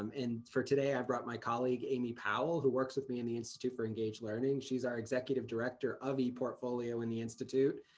um for today, i brought my colleague amy powell, who works with me in the institute for engaged learning. she's our executive director of eportfolio in the institute,